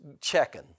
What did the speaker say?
checking